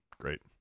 Great